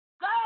Go